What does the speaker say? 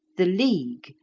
the league,